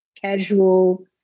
casual